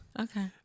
okay